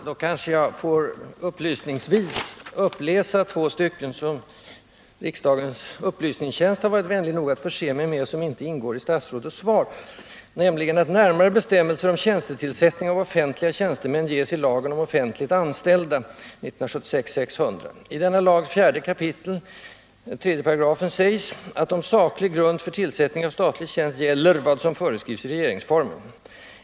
Herr talman! Då kanske jag upplysningsvis får uppläsa två stycken ur en utredning som riksdagens upplysningstjänst varit vänlig nog att förse mig med och som inte ingår i statsrådets svar. Där sägs: ”Närmare bestämmelser om tjänstetillsättning av offentliga tjänstemän ges i lagen om offentligt anställda . I denna lags 4 kap. 3 § sägs att om saklig grund för tillsättning av statlig tjänst gäller vad som föreskrivs i regeringsformen.